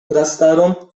prastarą